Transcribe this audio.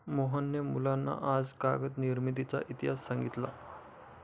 मोहनने मुलांना आज कागद निर्मितीचा इतिहास सांगितला